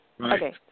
Okay